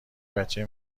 بچه